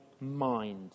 mind